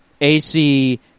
AC